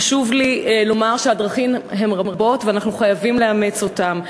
חשוב לי לומר שהדרכים הן רבות ואנחנו חייבים לאמץ אותן.